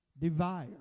devour